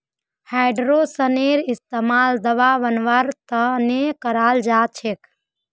काईटोसनेर इस्तमाल दवा बनव्वार त न कराल जा छेक